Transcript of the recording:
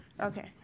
Okay